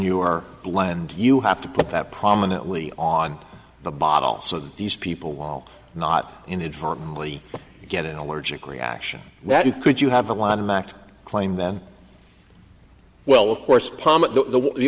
your blend you have to put that prominently on the bottle so that these people will not inadvertently get an allergic reaction and that you could you have a lot of act claim that well of course the